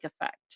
effect